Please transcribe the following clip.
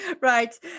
Right